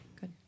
Good